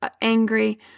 angry